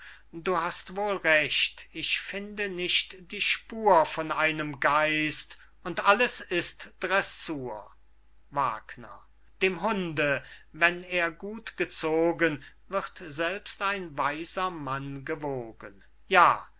du hast wohl recht ich finde nicht die spur von einem geist und alles ist dressur dem hunde wenn er gut gezogen wird selbst ein weiser mann gewogen ja